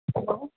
hello